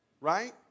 Right